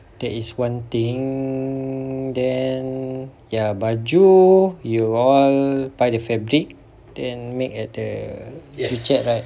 that is one thing then ya baju you all buy the fabric then make at the joo chiat right